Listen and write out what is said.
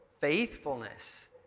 faithfulness